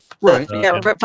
right